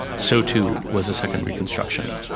so too was the second reconstruction.